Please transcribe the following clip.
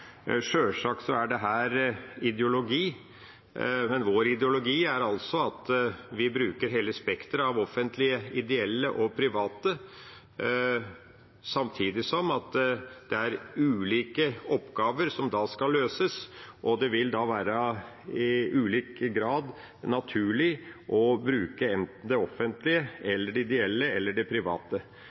Sjølsagt er dette ideologi. Men vår ideologi er altså at vi bruker hele spekteret av offentlige, ideelle og private, samtidig som det er ulike oppgaver som skal løses, og det vil i ulik grad være naturlig å bruke enten det offentlige, det ideelle eller det private.